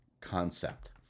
concept